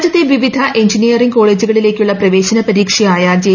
രാജ്യത്തെ വിവിധ എഞ്ചിനീയറിംഗ് കോളേജുകളിലേക്കുള്ള പ്രവേശന പരീക്ഷയായ ജെ